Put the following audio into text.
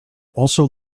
also